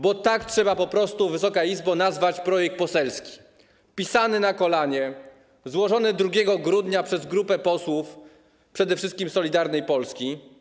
Bo tak trzeba po prostu, Wysoka Izbo, nazwać projekt poselski pisany na kolanie, złożony 2 grudnia przez grupę posłów, przede wszystkim Solidarnej Polski.